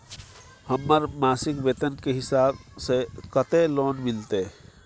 हमर मासिक वेतन के हिसाब स कत्ते लोन मिलते?